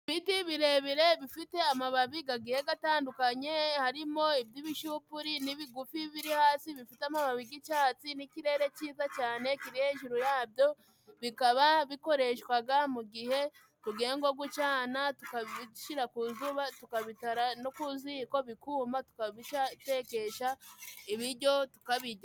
Ibiti birebire bifite amababi gagiye gatandukanye harimo:n'iby'ibishupuri, n'ibigufi biri hasi bifite amababi g'icatsi n'ikirere ciza cane kiri hejuru yabyo, bikaba bikoreshwaga mu gihe tugiye ngo gucana tukabishira ku zuba tukabitara no ku ziko bikuma tukabitekesha ibijyo tukabijya.